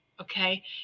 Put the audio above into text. okay